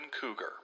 Cougar